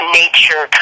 nature